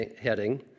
heading